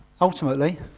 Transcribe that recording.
Ultimately